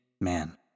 man